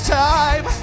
time